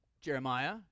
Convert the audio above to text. Jeremiah